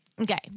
okay